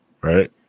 right